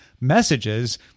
messages